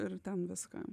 ir ten viską